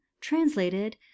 translated